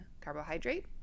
carbohydrate